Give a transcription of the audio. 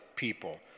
people